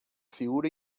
figura